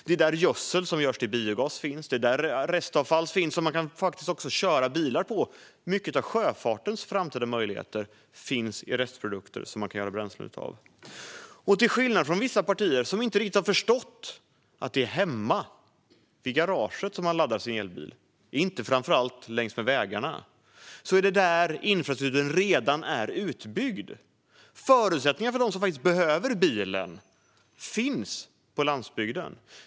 Det är där gödsel som görs till biogas finns. Det är där det finns restavfall som man också kan köra bilar på. Mycket av sjöfartens framtida möjligheter finns i restprodukter som man kan göra bränsle av. Vissa partier har inte riktigt förstått att det är hemma i garaget man laddar sin elbil, inte framför allt längs med vägarna. Det är där infrastrukturen redan är utbyggd. Förutsättningarna för dem som behöver bilen finns på landsbygden.